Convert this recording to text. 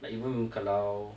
like even kalau